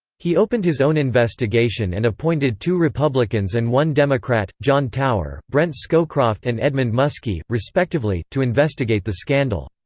he opened his own investigation and appointed two republicans and one democrat, john tower, brent scowcroft and edmund muskie, respectively, to investigate the scandal.